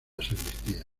sacristía